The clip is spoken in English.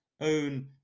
own